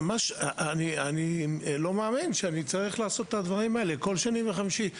אני לא מאמין שאני צריך לעשות את הדברים האלה כל שני וחמישי.